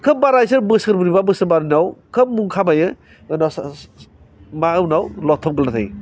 खोब बारा बिसोर बोसोरब्रै बा बोसोरबानि उनाव खोब मुं खामायो उनाव मा उनाव लथब गोग्गैना थायो